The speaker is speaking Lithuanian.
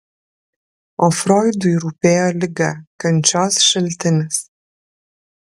o froidui rūpėjo liga kančios šaltinis